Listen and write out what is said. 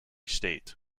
state